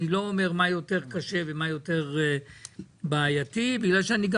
אני לא אומר מה יותר קשה ומה יותר בעייתי כי אני גם